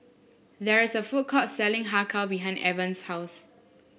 there is a food court selling Har Kow behind Evans' house